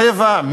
צבע,